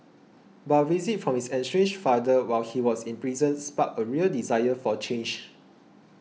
but a visit from his estranged father while he was in prison sparked a real desire for change